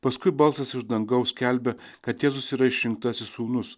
paskui balsas iš dangaus skelbia kad jėzus yra išrinktasis sūnus